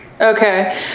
Okay